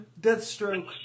deathstroke